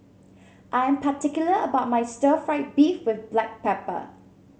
I'm particular about my Stir Fried Beef with Black Pepper